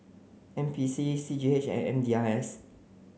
N P C C G H and M D I S